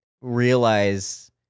realize